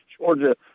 georgia